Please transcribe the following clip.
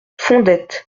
fondettes